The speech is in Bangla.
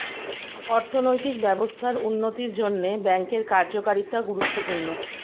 অর্থনৈতিক ব্যবস্থার উন্নতির জন্যে ব্যাঙ্কের কার্যকারিতা গুরুত্বপূর্ণ